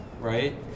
right